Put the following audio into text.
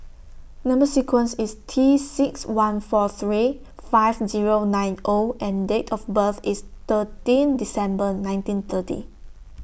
Number sequence IS T six one four three five Zero nine O and Date of birth IS thirteen December nineteen thirty